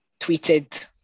tweeted